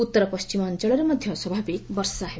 ଉତ୍ତର ପଣ୍ଢିମ ଅଞ୍ଚଳରେ ମଧ୍ୟ ସ୍ୱାଭାବିକ ବର୍ଷା ହେବ